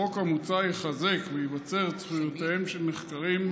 החוק המוצע יחזק ויבצר את זכויותיהם של נחקרים,